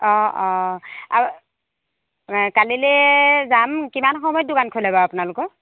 অ অ আৰু এ কালিলৈ যাম কিমান সময়ত দোকান খোলে বাৰু আপোনলোকৰ